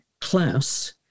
class